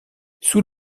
sous